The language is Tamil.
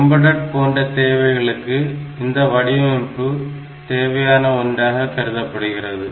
எம்பெடட் போன்ற தேவைகளுக்கு இந்த வடிவமைப்பு தேவையான ஒன்றாக கருதப்படுகிறது